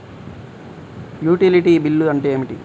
Utility bill అంటే ఏమిటి?